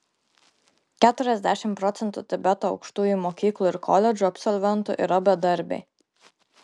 keturiasdešimt procentų tibeto aukštųjų mokyklų ir koledžų absolventų yra bedarbiai